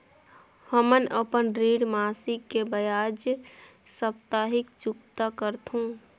हमन अपन ऋण मासिक के बजाय साप्ताहिक चुकता करथों